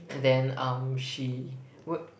and then um she w~